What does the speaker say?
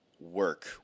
work